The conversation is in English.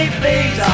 please